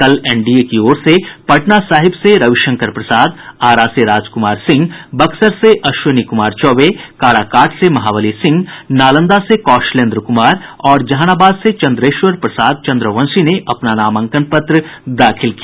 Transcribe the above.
कल एनडीए की ओर से पटना साहिब से रविशंकर प्रसाद आरा से राजकुमार सिंह बक्सर से अश्विनी कुमार चौबे काराकाट से महाबली सिंह नालंदा से कौशलेंद्र कुमार और जहानाबाद से चंद्रेश्वर प्रसाद चंद्रवंशी ने अपना नामांकन पत्र दाखिल किया